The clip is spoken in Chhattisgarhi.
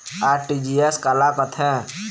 आर.टी.जी.एस काला कथें?